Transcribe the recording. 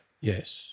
Yes